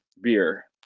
beer